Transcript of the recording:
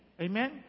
Amen